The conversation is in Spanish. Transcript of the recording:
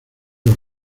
los